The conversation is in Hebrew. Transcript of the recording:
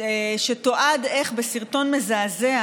ותועד בסרטון מזעזע